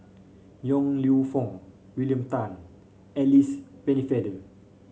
Yong Lew Foong William Tan Alice Pennefather